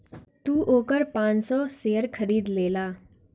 तू ओकर पाँच सौ शेयर खरीद लेला